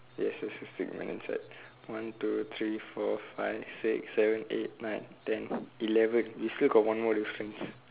yes there's a straight line inside one two three four five six seven eight nine ten eleven we still got one more difference